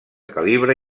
calibre